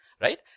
right